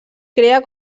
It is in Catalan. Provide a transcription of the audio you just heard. crea